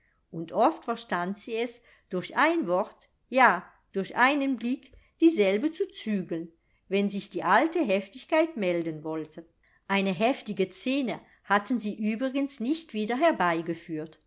und oft verstand sie es durch ein wort ja durch einen blick dieselbe zu zügeln wenn sich die alte heftigkeit melden wollte eine heftige szene hatte sie übrigens nicht wieder herbeigeführt